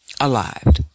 alive